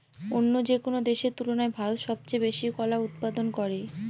অন্য যেকোনো দেশের তুলনায় ভারত সবচেয়ে বেশি কলা উৎপাদন করে